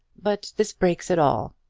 but this breaks it all.